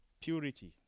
Purity